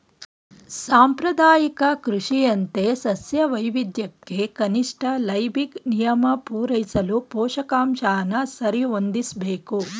ಸಾಂಪ್ರದಾಯಿಕ ಕೃಷಿಯಂತೆ ಸಸ್ಯ ವೈವಿಧ್ಯಕ್ಕೆ ಕನಿಷ್ಠ ಲೈಬಿಗ್ ನಿಯಮ ಪೂರೈಸಲು ಪೋಷಕಾಂಶನ ಸರಿಹೊಂದಿಸ್ಬೇಕು